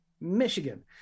Michigan